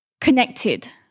connected